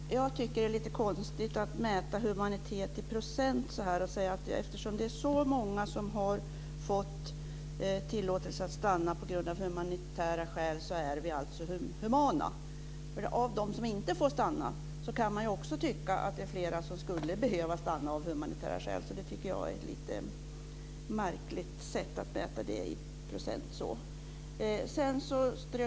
Fru talman! Jag tycker att det är lite konstigt att mäta humanitet i procent och säga att eftersom det är så många som har fått tillåtelse att stanna av humanitära skäl så är vi alltså humana. Av dem som inte får stanna så kan man ju också tycka att det är flera som skulle behöva stanna av humanitära skäl. Jag tycker att detta är ett lite märkligt sätt att mäta detta i procent på detta sätt.